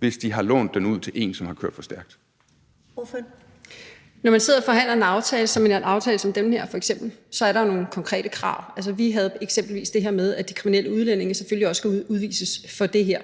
Kl. 10:49 Mette Thiesen (NB): Når man sidder og forhandler en aftale, f.eks. som den her aftale, så er der jo nogle konkrete krav. Altså, vi havde eksempelvis det med, at de kriminelle udlændinge selvfølgelig også skal udvises for det her,